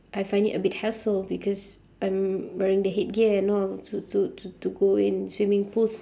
I find it a bit hassle because I'm wearing the headgear and all to to to to go in swimming pools